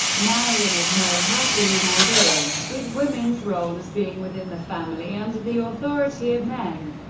marianismo has been an ideal, with women's role as being within the family under the authority of men.